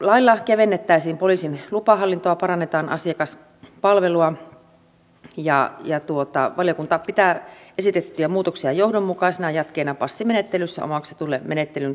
lailla kevennettäisiin poliisin lupahallintoa parannetaan asiapalvelua ja valiokunta pitää esitettyjä muutoksia johdonmukaisena jatkeena passimenettelyssä omaksutulle menettelyn keventämiselle